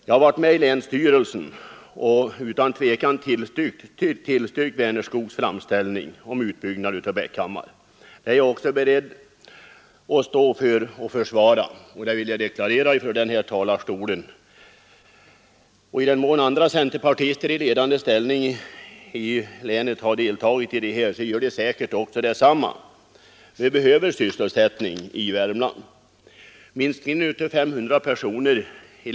Jag har varit med i länsstyrelsen och utan tvekan tillstyrkt Vänerskogs framställning om utbyggnad av Bäckhammar. Det är jag också beredd att stå för och försvara — det vill jag deklarera från den här talarstolen. I den mån andra centerpartister i ledande ställning i länet har deltagit i diskussionerna härom så gör de säkert detsamma. Vi behöver sysselsättning i Värmland.